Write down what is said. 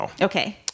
Okay